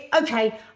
Okay